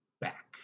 back